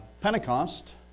Pentecost